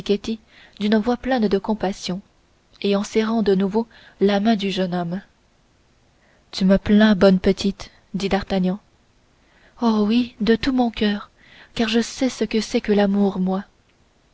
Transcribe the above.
d'une voix pleine de compassion et en serrant de nouveau la main du jeune homme tu me plains bonne petite dit d'artagnan oh oui de tout mon coeur car je sais ce que c'est que l'amour moi